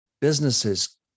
businesses